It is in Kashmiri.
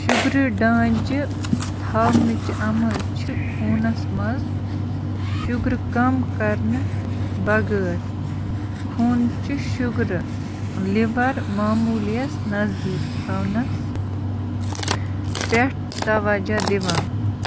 شُگر ڈانٛجہِ تھاونٕچ عمل چھےٚ خوٗنس منٛز شُگرٕ کم کَرنہٕ بغٲر خوٗنٕچہٕ شُگرٕ لِور معموٗلِیَس نٔزدیٖک تھاونس پٮ۪ٹھ توجہ دِوان